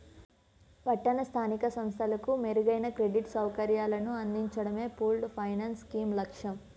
పట్టణ స్థానిక సంస్థలకు మెరుగైన క్రెడిట్ సౌకర్యాలను అందించడమే పూల్డ్ ఫైనాన్స్ స్కీమ్ లక్ష్యం